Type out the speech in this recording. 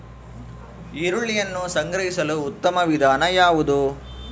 ಈರುಳ್ಳಿಯನ್ನು ಸಂಗ್ರಹಿಸಲು ಉತ್ತಮ ವಿಧಾನ ಯಾವುದು?